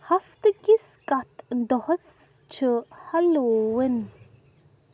ہفتہٕ کِس کَتھ دۄہس چھُ ہالوون